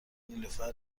نیلوفر